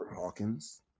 Hawkins